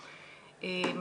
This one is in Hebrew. שהבאנו.